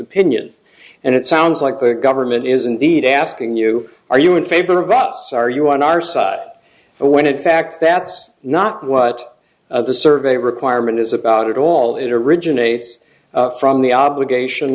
opinion and it sounds like the government isn't need asking you are you in favor of ops are you on our side when in fact that's not what the survey requirement is about all it originates from the obligation